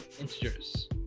integers